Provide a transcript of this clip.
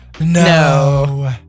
No